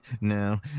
no